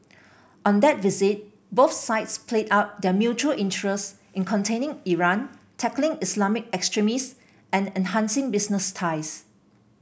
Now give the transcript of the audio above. on that visit both sides played up their mutual interests in containing Iran tackling Islamic extremists and enhancing business ties